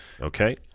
Okay